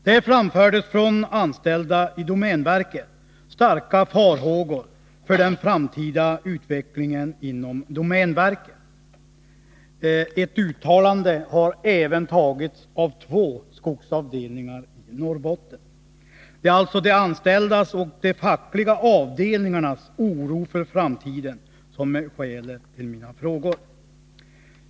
Där framförde anställda i domänverket starka farhågor för den framtida utvecklingen inom domänverket. Ett uttalande har även gjorts av två skogsavdelningar i Norrbotten. Det är alltså de anställdas och de fackliga avdelningarnas oro för framtiden som är skälet till mina frågor.